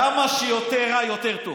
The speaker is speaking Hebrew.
כמה שיותר רע, יותר טוב.